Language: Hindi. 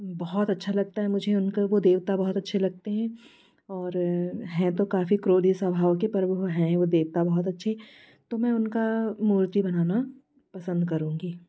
बहुत अच्छा लगता है मुझे उनके वो देवता बहुत अच्छे लगते हैं और हैं तो काफ़ी क्रोधी स्वाभाव के पर वो हैं वो देवता बहुत अच्छे तो मैं उनका मूर्ति बनाना पसंद करूँगी